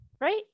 Right